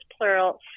plural